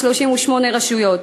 ב-38 רשויות.